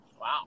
Wow